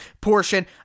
portion